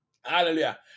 Hallelujah